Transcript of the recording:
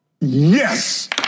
Yes